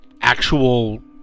actual